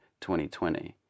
2020